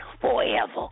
forever